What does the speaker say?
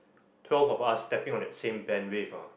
twelve of us stepping on that same bandwidth ah